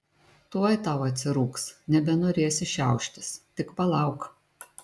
tuoj tau atsirūgs nebenorėsi šiauštis tik palauk